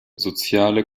soziale